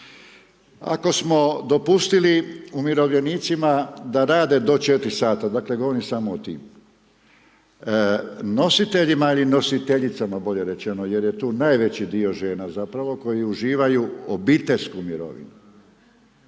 ako smo dopustili umirovljenicima da rade do 4 sata, dakle, govorim samo o tim. Nositeljima ili nositeljicama bolje rečeno, jer je tu najveći dio žena zapravo koji uživaju obiteljsku mirovinu.